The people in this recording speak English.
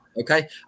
okay